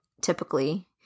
typically